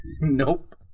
Nope